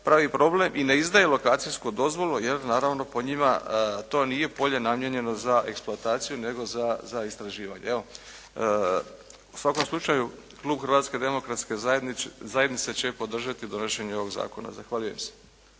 pravi problem i ne izdaje lokacijsku dozvolu, jer naravno po njim to nije polje namijenjeno za eksploataciju, nego za istraživanje. U svakom slučaju klub Hrvatske demokratske zajednice će podržati donošenje ovog zakona. Zahvaljujem se.